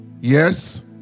yes